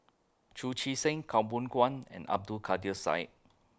Chu Chee Seng Khaw Boon Wan and Abdul Kadir Syed